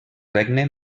regne